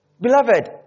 Beloved